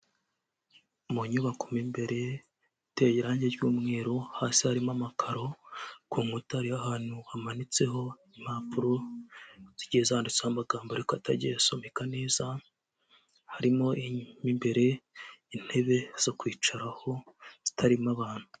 Mu nyubako mu imbere iteye irangi ry'umweru, hasi harimo amakaro, ku nkuta hariho ahantu hamanitseho impapuro, zigeze zanditseho amagambo ariko atagiye asomeka neza, harimo imbere intebe zo kwicaraho zitarimo abantu.